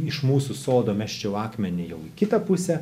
iš mūsų sodo mesčiau akmenį jau į kitą pusę